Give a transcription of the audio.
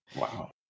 Wow